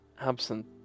absent